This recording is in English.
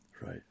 Right